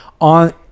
on